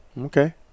Okay